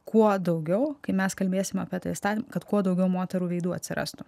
kuo daugiau kai mes kalbėsim apie tą įstatym kad kuo daugiau moterų veidų atsirastų